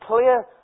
clear